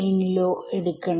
എനിക്ക് കിട്ടി